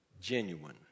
genuine